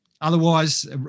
Otherwise